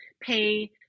pay